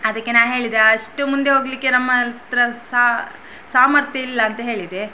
ಅದಕ್ಕೆ ನಾನು ಹೇಳಿದೆ ಅಷ್ಟು ಮುಂದೆ ಹೋಗಲಿಕ್ಕೆ ನಮ್ಮ ಹತ್ರ ಸಾಮರ್ಥ್ಯ ಇಲ್ಲ ಅಂತ ಹೇಳಿದೆ